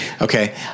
Okay